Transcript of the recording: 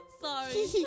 Sorry